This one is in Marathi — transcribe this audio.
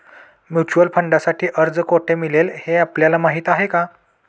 म्युच्युअल फंडांसाठी अर्ज कोठे मिळेल हे आपल्याला माहीत आहे का?